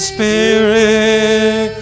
Spirit